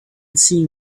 seeing